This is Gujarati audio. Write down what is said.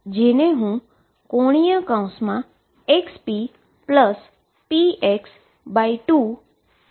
જેને હું ⟨xppx⟩2⟨xp px⟩2 ⟨x⟩⟨p⟩ તરીકે લખીશ